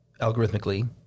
algorithmically